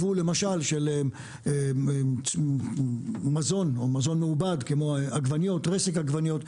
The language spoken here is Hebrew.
היבוא של מזון או של מזון מעובד כמו עגבניות ורסק עגבניות,